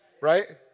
Right